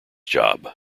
job